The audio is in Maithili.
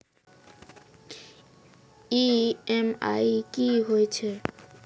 ई.एम.आई कि होय छै?